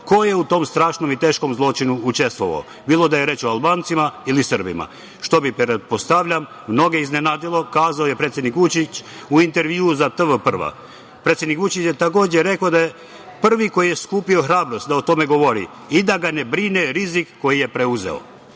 ko je u tom strašnom i teškom zločinu učestvovao, bilo da je reč o Albancima ili Srbima, što bi pretpostavljam mnoge iznenadilo, kazao je predsednik Vučić u intervjuu za TV Prva. Predsednik Vučić je takođe rekao da je prvi koji je skupio hrabrost da o tome govori i da ga ne brine rizik koji je preuzeo. Bivši